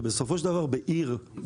שבסופו של דבר בעיר,